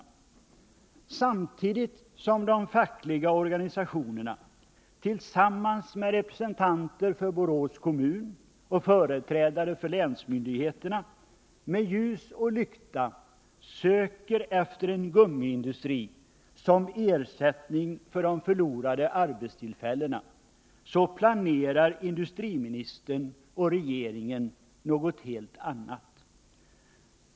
Samtidigt som de fackliga organisationerna tillsammans med representanter för Borås kommun och företrädare för länsmyndigheterna med ljus och lykta söker efter en gummiindustri som ersättning för de förlorade arbetstillfällena, så planerar industriministern och regeringen något helt ännat.